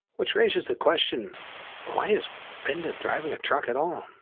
which raises the question why is binda driving a truck at all?